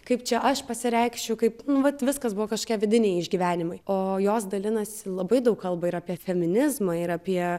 kaip čia aš pasireikšiu kaip nu vat viskas buvo kažkokie vidiniai išgyvenimai o jos dalinasi labai daug kalba ir apie feminizmą ir apie